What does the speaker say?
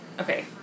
okay